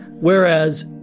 whereas